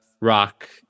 Rock